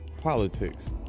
politics